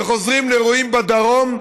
וחוזרים לאירועים בדרום,